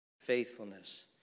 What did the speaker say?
faithfulness